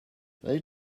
they